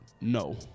No